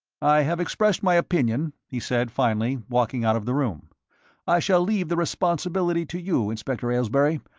i have expressed my opinion, he said, finally, walking out of the room i shall leave the responsibility to you, inspector aylesbury.